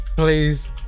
please